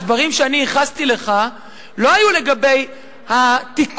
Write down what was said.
הדברים שאני ייחסתי לך לא היו לגבי התיקון